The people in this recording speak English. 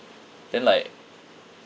then like